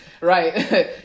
right